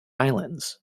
islands